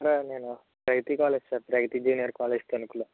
నేను IT college sir IT junior college తణుకులో